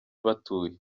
batuye